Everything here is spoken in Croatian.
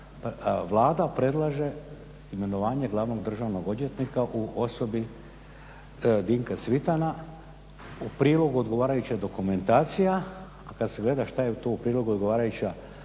Vlada predlaže imenovanje glavnog državnog odvjetnika u osobi Dinka Cvitana. U prilogu odgovarajuća dokumentacija. A kad se gleda što je to u prilogu odgovarajuća dokumentacija